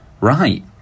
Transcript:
Right